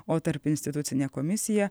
o tarpinstitucinė komisija